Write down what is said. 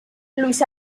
luis